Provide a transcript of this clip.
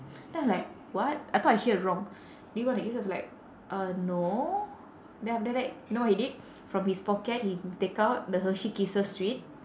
then I'm like what I thought I hear wrong do you want a I was like uh no then after that you know what he did from his pocket he take out the hershey kisses sweet